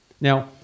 Now